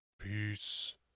Peace